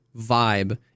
vibe